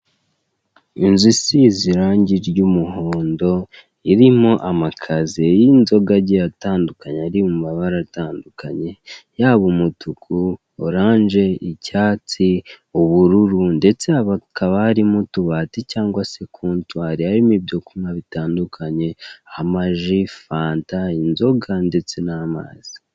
Inzu isize irangi ry'umuhondo, irimo amakaziye y'inzoga agiye atandukanye ari mumabara atandukanye yaba umutuku, oranje, icyatsi, ubururu, ndetse hakaba hari n'utubati cyangwa se kotwari harimo ibyo kunywa bitandukanye amaji, nfata, inzoga ndetse n'amazi.